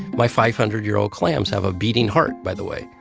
my five hundred year old clams have a beating heart, by the way.